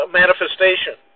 manifestation